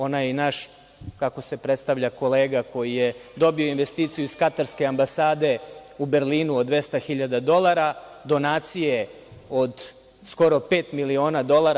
Onaj naš, kako se predstavlja, kolega, koji je dobio investiciju iz katarske ambasade u Berlinu od 200.000 dolara, donacije od skoro pet miliona dolara.